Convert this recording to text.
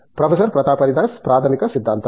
professor Pratap Haridas ప్రాథమిక సిద్ధాంతం